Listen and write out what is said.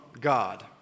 God